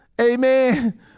Amen